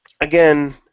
again